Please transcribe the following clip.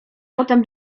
potem